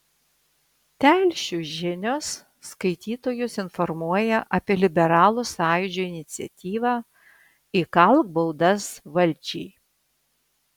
telšių žinios skaitytojus informuoja apie liberalų sąjūdžio iniciatyvą įkalk baudas valdžiai